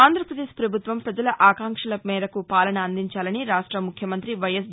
ఆంధ్రావదేశ్ ప్రభుత్వం ప్రజల ఆకాంక్షల మేరకు పాలన అందించాలని రాష్ట ముఖ్యమంత్రి వైఎస్